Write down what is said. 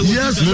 Yes